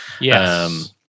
Yes